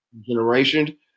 generation